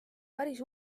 päris